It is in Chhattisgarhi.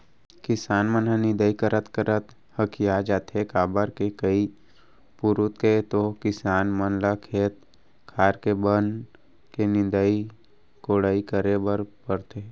किसान मन ह निंदई करत करत हकिया जाथे काबर के कई पुरूत के तो किसान मन ल खेत खार के बन के निंदई कोड़ई करे बर परथे